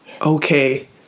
okay